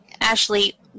Ashley